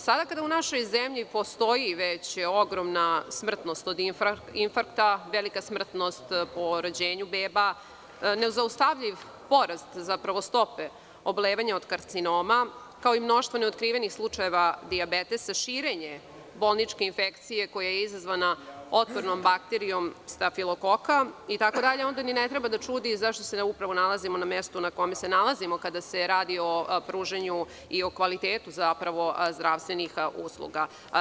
Sada kada u našoj zemlji postoji već ogromna smrtnost od infarkta, velika smrtnost po rođenju beba, nezaustavljiv porast, zapravo stope, oboljevanja od karcinoma, kao i mnoštvo neotkrivenih slučajeva dijabetesa, širenje bolničke infekcije koja je izazvana otpornom bakterijom stafilokoka, itd, onda i ne treba da čudi zašto se upravo nalazimo na mestu na kome se nalazimo kada se radi o pružanju i o kvalitetu zdravstvenih usluga.